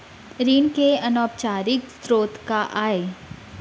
ऋण के अनौपचारिक स्रोत का आय?